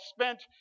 spent